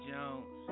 Jones